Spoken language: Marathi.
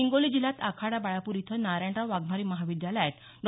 हिंगोली जिल्ह्यात आखाडा बाळापूर इथं नारायणराव वाघमारे महाविद्यालयात डॉ